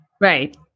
Right